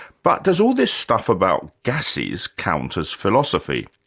but does all this stuff about gases count as philosophy?